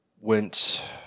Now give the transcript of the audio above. went